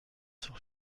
sur